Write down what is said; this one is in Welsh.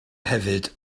hefyd